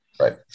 right